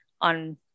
on